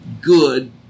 good